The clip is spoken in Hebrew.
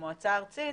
במועצה הארצית,